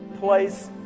place